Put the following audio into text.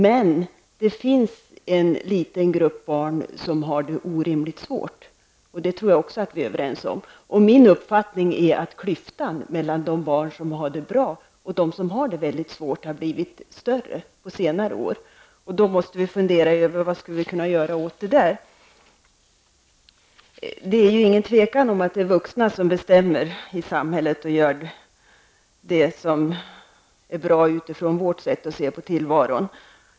Men det finns en liten grupp barn som har det orimligt svårt; det tror jag vi är överens om. Min uppfattning är att klyftan mellan de barn som har det bra och de som har det mycket svårt har blivit större på senare år. Vi måste fundera över vad vi skall göra åt det. Det är vi vuxna som bestämmer i samhället och gör det som är bra utifrån vårt sätt att se på tillvaron.